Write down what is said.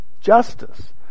justice